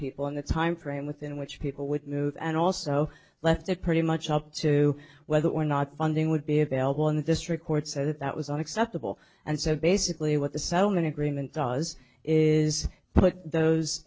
people in the time frame within which people would move and also left it pretty much up to whether or not funding would be available in the district court said that that was unacceptable and said basically what the settlement agreement does is put those